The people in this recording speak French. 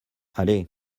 allez